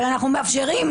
אבל אנחנו מאפשרים,